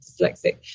dyslexic